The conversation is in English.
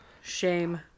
Shame